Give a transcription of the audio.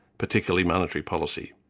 particularly monetary policy.